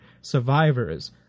Survivors